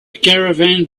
caravan